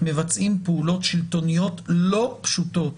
מבצעים פעולות שלטוניות לא פשוטות,